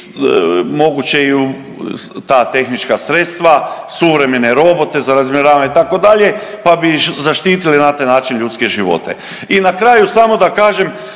moguće i u ta tehnička sredstva, suvremene robote za razminiravanje itd., pa bi zaštitili na taj način ljudske živote. I na kraju samo da kažem